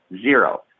Zero